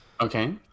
Okay